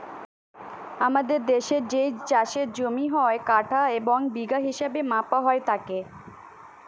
আমাদের দেশের যেই চাষের জমি হয়, কাঠা এবং বিঘা হিসেবে মাপা হয় তাকে